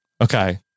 Okay